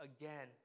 again